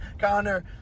connor